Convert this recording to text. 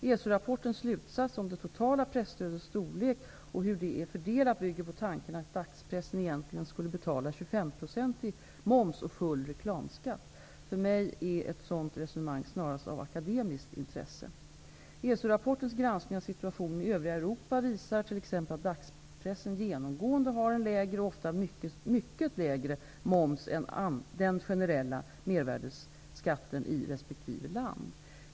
ESO rapportens slutsats om det totala presstödets storlek, och hur det är fördelat, bygger på tanken att dagspressen egentligen skulle betala 25 procentig moms och full reklamskatt. För mig är ett sådant resonemang snarast av akademiskt intresse. Europa visar t.ex. att dagspressen genomgående har en lägre -- oftast mycket lägre -- moms än den generella mervärdesskatten i resp. land.